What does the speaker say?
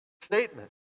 statement